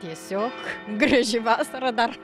tiesiog graži vasara dar